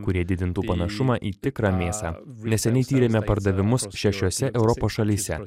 kurie didintų panašumą į tikrą mėsą neseniai tyrėme pardavimus šešiose europos šalyse